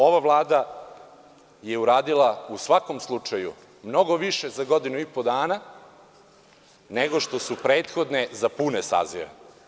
Ova Vlada je uradila mnogo više za godinu i po dana, nego što su prethodne za pune sazive.